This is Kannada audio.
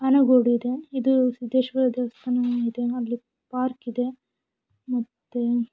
ಆನಗೋಡು ಇದೆ ಇದು ಸಿದ್ದೇಶ್ವರ ದೇವಸ್ಥಾನ ಇದೆ ಅಲ್ಲಿ ಪಾರ್ಕ್ ಇದೆ ಮತ್ತು